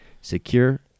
secure